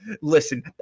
Listen